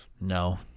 No